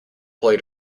play